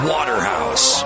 Waterhouse